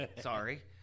Sorry